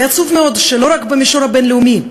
ועצוב מאוד שזה לא רק במישור הבין-לאומי,